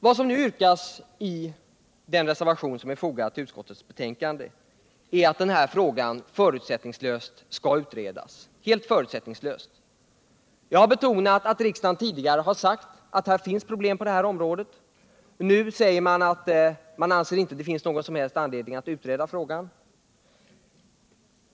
Det som nu yrkas i den reservation som är fogad till utskottets betänkande är att frågan om lagstiftning rörande ekonomiskt förtal helt förutsättningslöst skall utredas. Jag har betonat att riksdagen tidigare har sagt att det finns problem på detta område. Nu säger emellertid utskottet att man inte anser att det finns någon som helst anledning att utreda frågan.